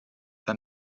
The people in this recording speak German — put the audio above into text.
war